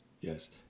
yes